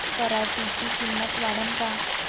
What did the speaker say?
पराटीची किंमत वाढन का?